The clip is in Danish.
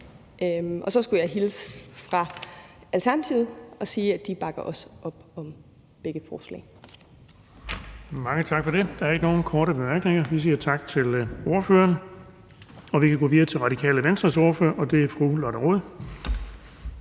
Så skulle jeg hilse fra Alternativet og sige, at de også bakker op om begge forslag. Kl. 11:25 Den fg. formand (Erling Bonnesen): Der er ikke nogen korte bemærkninger. Vi siger tak til ordføreren. Vi kan gå videre til Radikale Venstres ordfører, og det er fru Lotte Rod.